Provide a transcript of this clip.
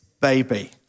baby